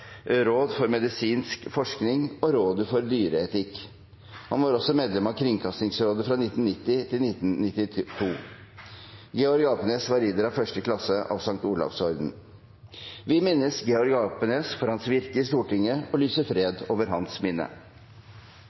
råd for medisinsk forskning og Rådet for dyreetikk. Han var også medlem av Kringkastingsrådet fra 1990 til 1992. Georg Apenes var ridder av 1. klasse av St. Olavs Orden. Vi minnes Georg Apenes for hans virke i Stortinget og lyser fred over hans minne.